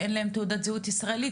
כי אין להם תעודת זהות ישראלית,